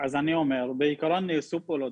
אני אומר: בעיקרון, נעשו פעולות.